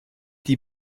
die